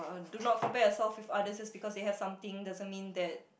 do not compare yourself with others just because they have something doesn't mean that